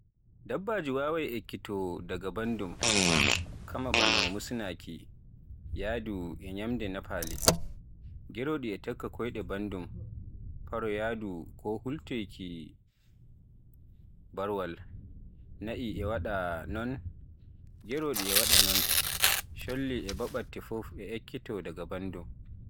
Nonno jirgiwa diwoowa firaata dow. To jirgiwa huɓɓama sai fankawa maga fuɗɗa wirnuuki, daga ɗon sai jirgiwa fuɗɗa yahdu e leydi, so arɗiɗo jirgiwa ngan jaaɓi jirgiwa min waɗi yahdu e Les sai nyo'a gonga inaare. Daga ɗon sai jirgiwa fira dow.